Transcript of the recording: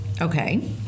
Okay